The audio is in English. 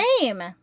name